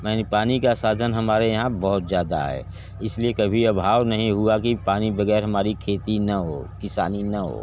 माने पानी का साधन हमारे यहाँ बहुत ज़्यादा है इसलिए कभी अभाव नहीं हुआ की पानी वगैर हमारी खेती न हो किसानी न हो